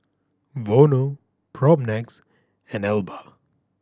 Vono Propnex and Alba